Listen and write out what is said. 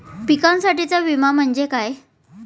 पिकांसाठीचा विमा म्हणजे काय?